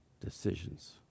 decisions